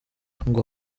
ngo